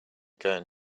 going